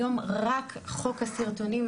היום רק חוק הסרטונים,